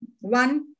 one